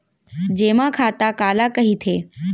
जेमा खाता काला कहिथे?